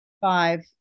Five